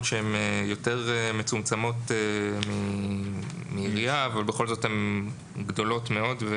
שהן יותר מצומצמות מעירייה אבל בכל זאת הן גדולות מאוד.